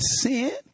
sin